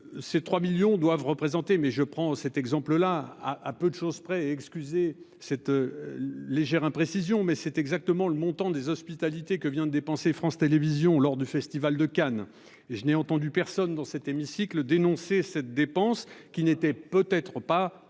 Ces 3 millions doivent représenter mais je prends cet exemple là à à peu de choses près excusez cette. Légère imprécision. Mais c'est exactement le montant des hospitalités que vient de dépenser France Télévisions lors du festival de Cannes et je n'ai entendu personne dans cet hémicycle dénoncer cette dépense qui n'était peut-être pas